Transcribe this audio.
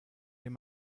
den